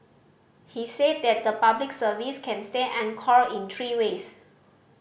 he said that the Public Service can stay anchored in three ways